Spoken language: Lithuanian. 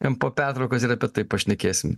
jiem po pertraukos ir apie tai pašnekėsim